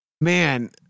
Man